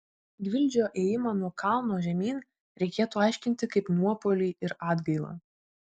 gvildžio ėjimą nuo kalno žemyn reikėtų aiškinti kaip nuopuolį ir atgailą